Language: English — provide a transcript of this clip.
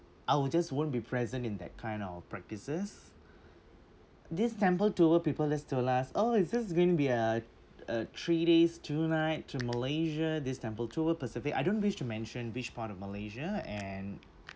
I will just won't be present in that kind of practices this temple tour people just told us oh it's just going to be a a three days two night to malaysia this temple tour pacific I don't wish to mention which part of malaysia and